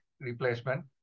replacement